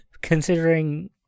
considering